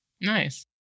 Nice